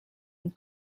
and